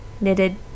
knitted